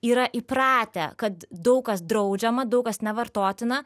yra įpratę kad daug kas draudžiama daug kas nevartotina